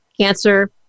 cancer